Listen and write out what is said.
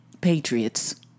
Patriots